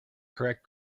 correct